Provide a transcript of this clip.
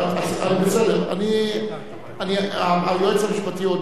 היועץ המשפטי הודיע שההצעה לא דומה בעיקרה,